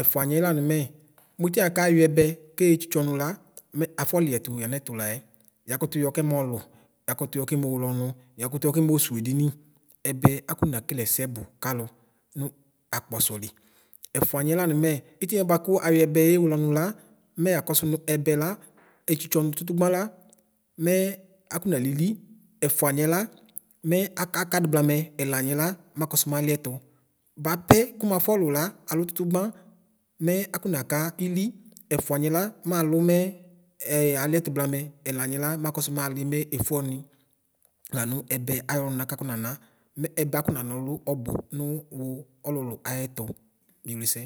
ɛfʋaniɛ lanʋ mɛ mʋ ɩtiɛkayɔ ɛbɛ ketsitso ɔnʋ la mɛ afɔ liɛtʋ yamɛtʋ layɛ yaKʋtʋ yɔ kɛmowue ɔnʋ yakʋtʋyɔ kɛmʋ sʋwʋ edini ɛbɛ akɔ nakele ɛsɛbʋ kalo nʋ akpɔsɔli ɛfʋaniɛ lanʋ mɛ itiniɛ bʋakʋ ayɔ ɛbɛ ɔnʋ la mɛ yakɔsʋ nʋ ɛbɛ la etsitso ɔnʋ tutugba la mɛ atɔnaliti ɛfʋaniɛ la mɛ akadʋ blamɛ ɛlaniɛ la makɔsʋ maliɛtʋ bapɛ kʋmaƒʋlʋ la alu tutugba mɛ akɔnaka kili ɛfvaniɛ la malʋ mɛ aliɛtʋ blamɛ ɛlaniɛ la makɔsʋ mali mefue ɔni lanu ɛbɛ ayɔlʋna kafɔnana mɛ ɛbɛ akɔnana ɔlʋ ɔbʋ nʋ wʋ ɔlʋlʋ ayɛtʋ miewlese.